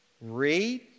Read